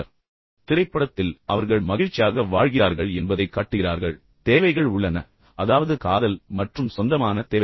எனவே திரைப்படத்தில் அவர்கள் மகிழ்ச்சியாக வாழ்கிறார்கள் என்பதைக் காட்டுகிறார்கள் தேவைகள் இங்கே நிற்கின்றன அதாவது காதல் மற்றும் சொந்தமான தேவைகள்